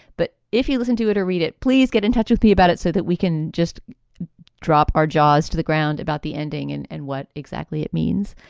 but if you listen to it or read it, please get in touch with me about it so that we can just drop our jaws to the ground about the ending and and what exactly it means.